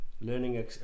learning